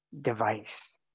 device